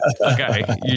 okay